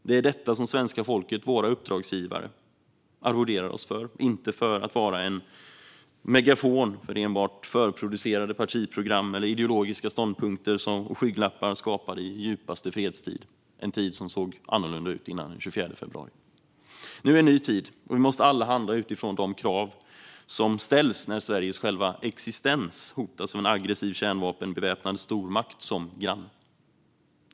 Det är detta som svenska folket, våra uppdragsgivare, arvoderar oss för, inte för att vara en megafon för enbart förproducerade partiprogram eller ideologiska ståndpunkter och skygglappar skapade i djupaste fredstid - en tid som såg annorlunda ut innan den 24 februari. Nu är det en ny tid, och vi måste alla handla utifrån de krav som ställs när Sveriges själva existens hotas av en aggressiv kärnvapenbeväpnad stormakt som granne.